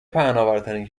پهناورترین